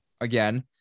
again